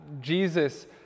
Jesus